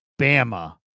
Bama